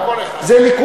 זה מיוחד לערבים?